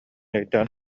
өйдөөн